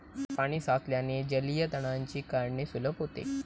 पाणी साचल्याने जलीय तणांची काढणी सुलभ होते